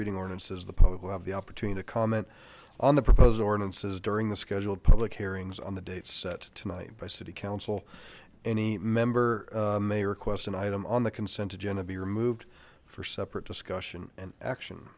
reading ordinances the public will have the opportunity to comment on the proposal ordinances during the scheduled public hearings on the date set tonight by city council any member may request an item on the consent agenda be removed for separate discussion and action